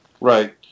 Right